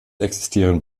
existieren